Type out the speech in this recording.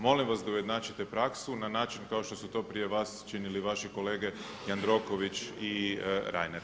Molim vas da ujednačite praksu na način kao što su to prije vas činili vaši kolege Jandroković i Reiner.